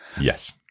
yes